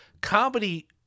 comedy